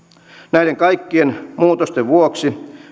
näiden kaikkien muutosten vuoksi